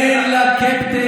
אין לה קברניט.